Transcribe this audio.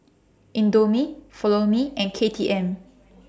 Indomie Follow Me and K T M